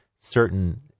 certain